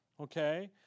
okay